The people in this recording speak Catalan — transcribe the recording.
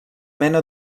mena